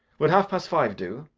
would half-past five do?